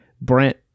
Brent